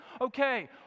okay